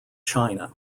china